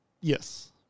Yes